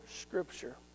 Scripture